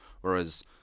Whereas